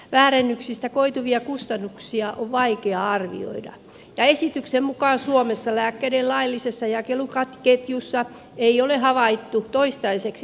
väärennöksistä koituvia kustannuksia on vaikea arvioida ja esityksen mukaan suomessa lääkkeiden laillisessa jakeluketjussa ei ole havaittu toistaiseksi lääkeväärennöksiä